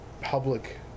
public